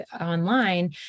online